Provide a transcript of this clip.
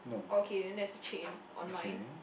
okay then that's a chain on mine